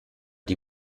die